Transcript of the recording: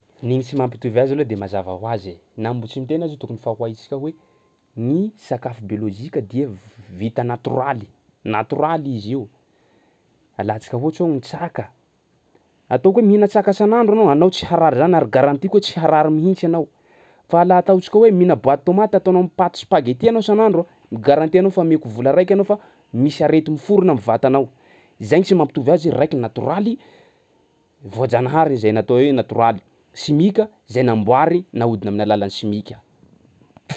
Gny tsy mampitovy azy aloha de mazava hoazy e, na mbo tsy miteny aza tokony fa ho haintsika hoe ny sakafo biôlôjika dia v- vita natoraly, natoraly izy io. Alantsika ohatsy hoe gny traka, ataoko hoe mihina traka isan'andro anao, anao tsy harary zany ary garantiko hoe tsy harary mihitsy anao, fa laha ataontsika hoe mihina boaty tômaty atanao am'paty spaghetti anao isan'andro a migaranty anao fa omeko vola araiky fa misy arety miforona am'vatanao. Zay gny tsy mampitovy azy raiky natoraly, voajanahary zay natao hoe natoraly; simika zay namboary nahodina amin'ny alalan'ny simika.